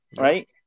right